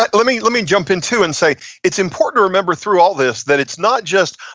like let me let me jump in too, and say it's important to remember through all this that it's not just,